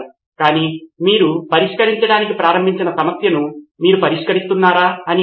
నితిన్ కురియన్ కాబట్టి మనం ఈ రకమైన పరిష్కారానికి సాంకేతిక పరిజ్ఞానాన్ని ఉపయోగించడం లేదా ఈ సమస్యకు పరిష్కారం అందించడం ఎలా